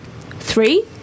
three